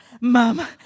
Mom